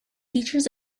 features